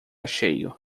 cheio